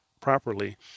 properly